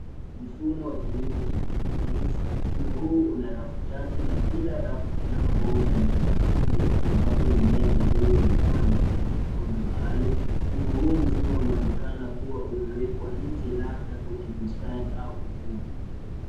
Mfumo wa kilimo cha hydroponics .Mfumo huu una rafu tatu na kila rafu ina mabomba yenye matundu ambapo mimea midogo imependwa kwenye vikombe maalum. Mfumo huu mzima unaonekana kuwa umewekwa nje labda kwenye bustani au ukumbi.